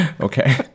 Okay